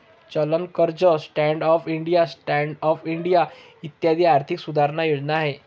चलन कर्ज, stand up India, start up India इत्यादी आर्थिक सुधारणा योजना आहे